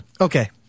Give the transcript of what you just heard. Okay